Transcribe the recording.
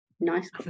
nice